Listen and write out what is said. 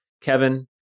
Kevin